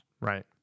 Right